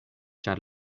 ĉar